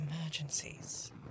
Emergencies